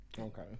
Okay